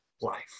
life